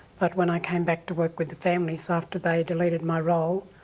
but when i came back to work with the families after they deleted my role,